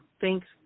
thanks